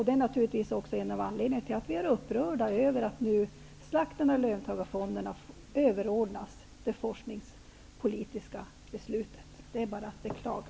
Det är naturligtvis också en av anledningarna till att vi är upprörda över att slakten av löntagarfonderna överordnas det forskningspolitiska beslutet. Det är bara att beklaga.